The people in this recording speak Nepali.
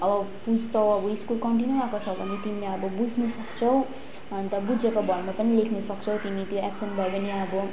अब बुझ्छौ अब स्कुल कन्टिन्यू आएको छौ भने तिमीले अब बुझ्न सक्छौ अन्त बुझेको भरमा पनि लेख्न सक्छौ तिमीले एब्सेन्ट भयो भने अब